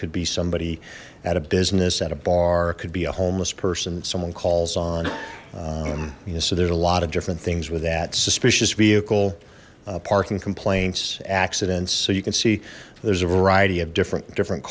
could be somebody at a business at a bar could be a homeless person someone calls on you know so there's a lot of different things with that suspicious vehicle parking complaints accidents so you can see there's a variety of different different